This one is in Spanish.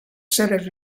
seres